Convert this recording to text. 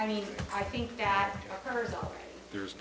i mean i think that there's